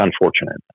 unfortunate